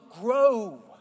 grow